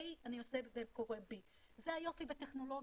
עושה A וקורה B. זה היופי בטכנולוגיה,